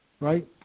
right